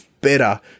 better